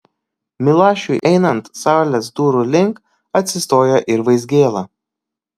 milašiui einant salės durų link atsistoja ir vaizgėla